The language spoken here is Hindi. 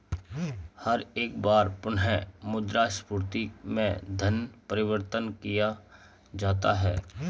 हर एक बार पुनः मुद्रा स्फीती में धन परिवर्तन किया जाता है